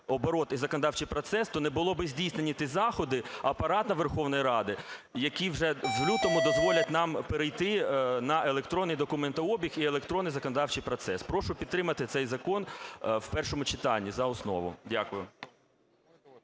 і законодавчий процес, то не були би здійснені ті заходи Апаратом Верховної Ради, які вже з лютого дозволять нам перейти на електронний документообіг і електронний законодавчій процес. Прошу підтримати цей закон в першому читанні за основу. Дякую.